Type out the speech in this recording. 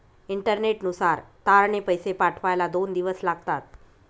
इंटरनेटनुसार तारने पैसे पाठवायला दोन दिवस लागतात